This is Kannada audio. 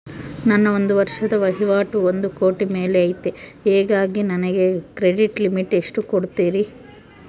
ನನ್ನ ಒಂದು ವರ್ಷದ ವಹಿವಾಟು ಒಂದು ಕೋಟಿ ಮೇಲೆ ಐತೆ ಹೇಗಾಗಿ ನನಗೆ ಕ್ರೆಡಿಟ್ ಲಿಮಿಟ್ ಎಷ್ಟು ಕೊಡ್ತೇರಿ?